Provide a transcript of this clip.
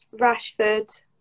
Rashford